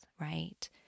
right